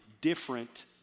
Different